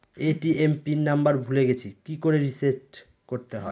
ATM pin number ভুলে গেছি কি করে রিসেট করতে হয়?